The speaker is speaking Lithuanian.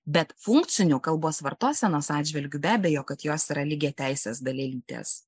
bet funkciniu kalbos vartosenos atžvilgiu be abejo kad jos yra lygiateisės dalelytes